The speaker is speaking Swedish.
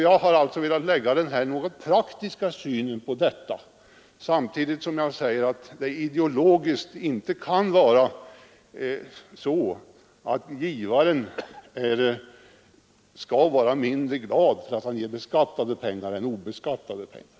Jag har velat lägga den praktiska synen på det här problemet, samtidigt som jag säger att det ideologiskt inte kan vara så, att givaren skall vara mindre glad för att han ger beskattade pengar än obeskattade pengar.